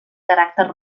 caràcter